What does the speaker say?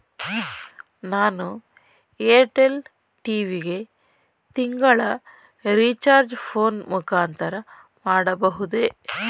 ನಾನು Airtel TV ಗೆ ತಿಂಗಳ ರಿಚಾರ್ಜ್ ಫೋನ್ ಮುಖಾಂತರ ಮಾಡಬಹುದೇ?